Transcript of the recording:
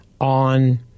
on